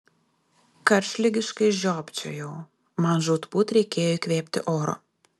karštligiškai žiopčiojau man žūtbūt reikėjo įkvėpti oro